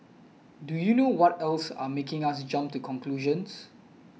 do you know what else are making us jump to conclusions